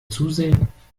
zusehen